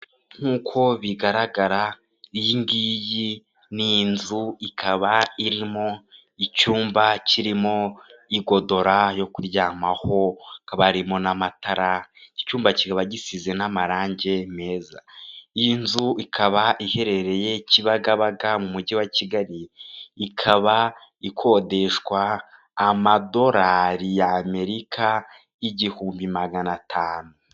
Nkuko bigaragara, iyi ngiyi ni inzu ikaba irimo icyumba kirimo igodora yo kuryamaho, hakaba harimo na matara, iki cyumba kikaba gisize n'amarangi meza. Iyi nzu ikaba iherereye Kibagabaga mu mujyi wa Kigali, ikaba ikodeshwa amadolari y'Amerika igihumbi magana atanu.